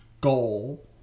goal